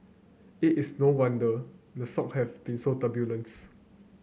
it is no wonder the stock have been so turbulence